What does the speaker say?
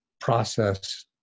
process